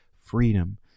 freedom